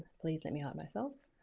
please let me help myself.